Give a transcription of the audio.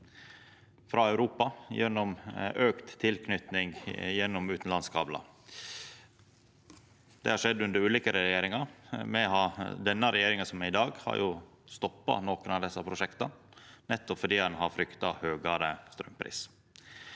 frå Europa gjennom auka tilknyting gjennom utanlandskablar. Det har skjedd under ulike regjeringar. Regjeringa som er i dag, har stoppa nokre av desse prosjekta, nettopp fordi ein har frykta høgare straumpris.